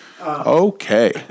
Okay